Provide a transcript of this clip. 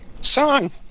song